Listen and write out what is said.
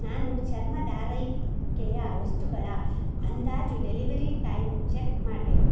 ನಾನು ಚರ್ಮದಾರೈಕೆಯ ವಸ್ತುಗಳ ಅಂದಾಜು ಡೆಲಿವರಿ ಟೈಮ್ ಚೆಕ್ ಮಾಡಬೇಕು